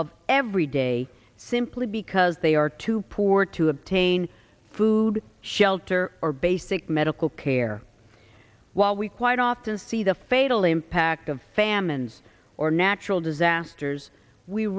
of every day simply because they are too poor to obtain food shelter or basic medical care while we quite often see the fatal impact of famines or natural disasters we